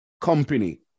company